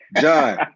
John